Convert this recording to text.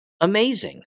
Amazing